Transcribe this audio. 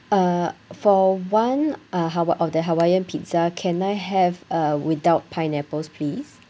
uh for one uh hawa~ uh the hawaiian pizza can I have uh without pineapples please